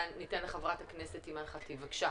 ח"כ אימאן ח'טיב בבקשה.